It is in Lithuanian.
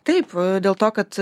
taip dėl to kad